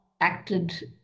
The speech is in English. acted